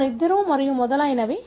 వారిద్దరూ మరియు మొదలైనవి